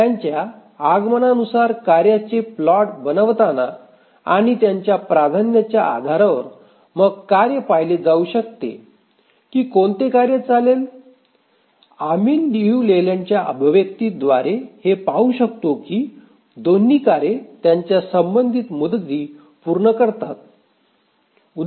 त्यांच्या आगमनानुसार कार्यांचे प्लॉट बनवताना आणि त्यांच्या प्राधान्याच्या आधारावर मग कार्य पाहिले जाऊ शकते की कोणते कार्य चालेल आम्ही लियू लेलँड अभिव्यक्तीद्वारेहे पाहू शकतो की दोन्ही कार्ये त्यांच्या संबंधित मुदती पूर्ण करतात